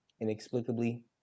inexplicably